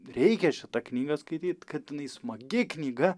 reikia šitą knygą skaityti kad jinai smagi knyga